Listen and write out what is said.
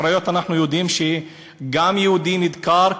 אנחנו יודעים שבקריות גם יהודי נדקר,